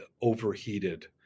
overheated